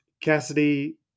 Cassidy